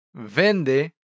Vende